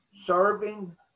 serving